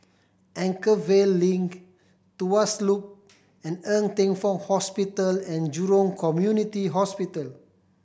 Anchorvale Link Tuas Loop and Ng Teng Fong Hospital And Jurong Community Hospital